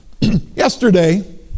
Yesterday